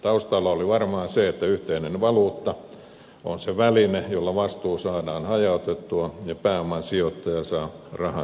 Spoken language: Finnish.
taustalla oli varmaan se että yhteinen valuutta on se väline jolla vastuu saadaan hajautettua ja pääoman sijoittaja saa rahansa takaisin